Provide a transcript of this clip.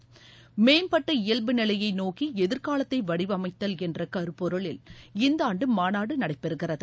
மேம்பட்ட இயல்பு நிலையை நோக்கி எதிர்காலத்தை வடிவளமத்தல் என்ற கருப்பொருளில் இந்த ஆண்டு மாநாடு நடைபெறுகிறது